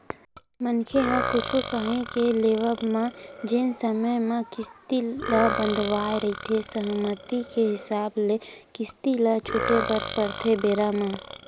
मनखे ह कुछु काही के लेवब म जेन समे म किस्ती ल बंधवाय रहिथे सहमति के हिसाब ले किस्ती ल छूटे बर परथे बेरा म